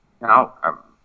Now